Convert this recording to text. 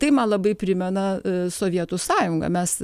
tai man labai primena sovietų sąjungą mes